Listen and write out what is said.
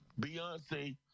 Beyonce